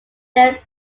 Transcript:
death